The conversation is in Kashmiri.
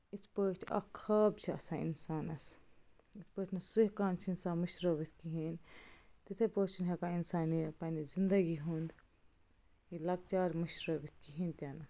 یِتھ پٲٹھۍ اَکھ خاب چھُ آسان اِنسانس یِتھ پٲٹھۍ نہٕ سُہ ہٮ۪کان چھِ اِنسان مشرٲوِتھ کِہیٖنۍ تِتھَے پٲٹھۍ چھِنہٕ ہٮ۪کان اِنسان یہِ پنٛنہِ زندگی ہُنٛد یہِ لَکچار مٔشرٲوِتھ کِہیٖنۍ تہِ نہٕ